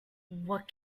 what